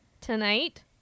tonight